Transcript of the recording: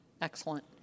Excellent